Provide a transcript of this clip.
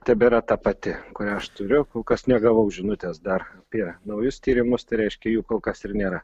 tebėra ta pati kurią aš turiu kol kas negavau žinutės dar apie naujus tyrimus tai reiškia jų kol kas ir nėra